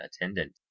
attendant